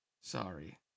Sorry